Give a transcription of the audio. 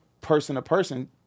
person-to-person